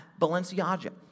Balenciaga